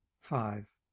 five